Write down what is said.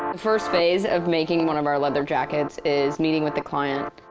first phase of making one of our leather jackets is meeting with the client,